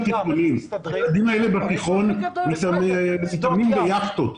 תלמידי בתי הספר התיכוניים והם מתאמנים ביכטות.